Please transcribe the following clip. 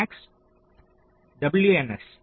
maths WNS